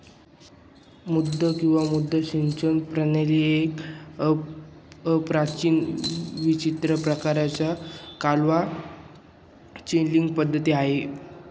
मुद्दू किंवा मद्दा सिंचन प्रणाली एक अतिप्राचीन विचित्र प्रकाराची कालवा चॅनलींग पद्धती आहे